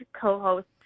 co-host